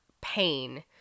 pain